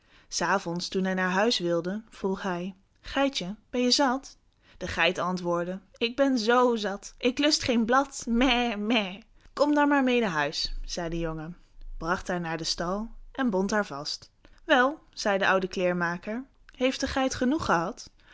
s avonds toen hij naar huis wilde vroeg hij geitje ben je zat de geit antwoordde ik ben zoo zat ik lust geen blad mè mè kom dan maar meê naar huis zei de jongen bracht haar naar den stal en bond haar vast wel zei de oude kleermaker heeft de geit genoeg gehad